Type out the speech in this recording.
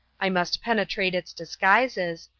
i must penetrate its disguises,